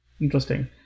Interesting